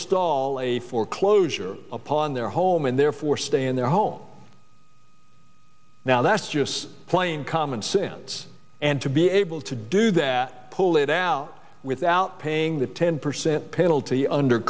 forestall a foreclosure upon their home and therefore stay in their home now that's just plain common sense and to be able to do that pull it out without paying the ten percent penalty under